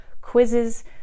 quizzes